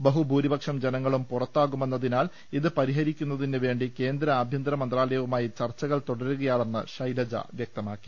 ബഹുഭൂരിപക്ഷം ജനങ്ങളും പുറത്താകുമെന്നതിനാൽ ഇത് പരിഹരിക്കുന്നതിന് വേണ്ടി കേന്ദ്രആഭ്യന്തര മന്ത്രാലയവുമായി ചർച്ചകൾ തുടരുകയാണെന്ന് ശൈലജ വ്യക്തമാക്കി